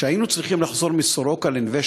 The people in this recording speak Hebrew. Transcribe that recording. כשהיינו צריכים לחזור מ"סורוקה" ל"נווה